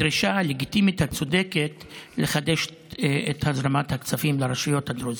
בדרישה הלגיטימית הצודקת לחדש את הזרמת הכספים לרשויות הדרוזיות.